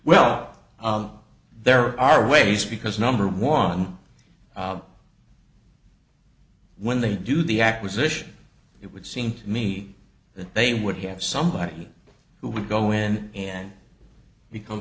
well there are ways because number one when they do the acquisition it would seem to me that they would have somebody who would go in and become